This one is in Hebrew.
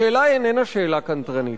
השאלה איננה שאלה קנטרנית.